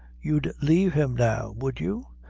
you'd leave him now, would you?